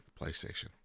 PlayStation